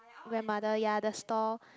grandmother ya the store